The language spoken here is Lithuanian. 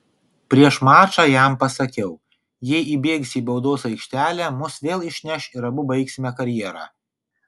prieš mačą jam pasakiau jei įbėgsi į baudos aikštelę mus vėl išneš ir abu baigsime karjerą